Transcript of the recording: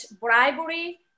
bribery